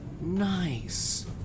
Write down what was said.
Nice